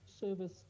service